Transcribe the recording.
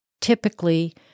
typically